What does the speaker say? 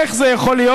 איך זה יכול להיות?